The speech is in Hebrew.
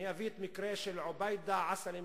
אביא את המקרה של עוביידה עסלי מכפר-קרע,